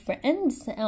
friends